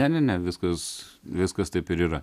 ne ne ne viskas viskas taip ir yra